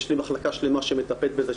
יש לי מחלקה שלמה שמטפלת בזה,